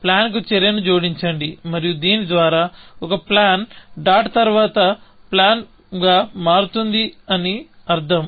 plan కు చర్యను జోడించండి మరియు దీని ద్వారా ఒక ప్లాన్ డాట్ తరువాత ప్లాన్ గా మారుతుందని అర్థం